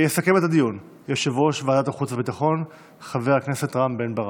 יסכם את הדיון יושב-ראש ועדת החוץ והביטחון חבר הכנסת רם בן ברק.